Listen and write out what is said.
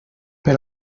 per